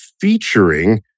featuring